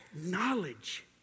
knowledge